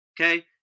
Okay